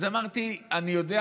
אז אמרתי: אני יודע,